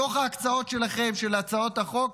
בתוך ההקצאות שלכם של הצעות החוק,